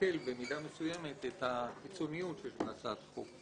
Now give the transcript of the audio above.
להקל במידה מסוימת את הקיצוניות שיש בהצעת החוק.